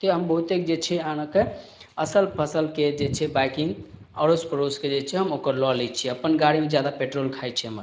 तैॅं हम बहुतेक जे छै आनऽ कए असल फसलके जे छै बाइकिंग अड़ोस पड़ोसके जे छै हम ओकर लऽ लै छियै अपन गाड़ीमे जादा पेट्रोल खाइ छै हमर